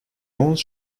owns